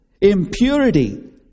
impurity